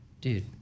Dude